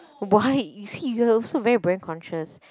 why you see you're also very brand conscious